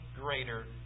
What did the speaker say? greater